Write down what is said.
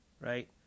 right